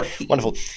Wonderful